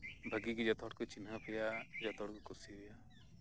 ᱵᱷᱟᱜᱮ ᱜᱮ ᱡᱷᱚᱛᱚᱦᱚᱲᱠᱚ ᱪᱤᱱᱦᱟᱹᱯ ᱮᱭᱟ ᱡᱷᱚᱛᱚ ᱦᱚᱲᱠᱚ ᱠᱩᱥᱤᱭ ᱟᱭᱟ